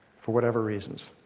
for whatever reasons.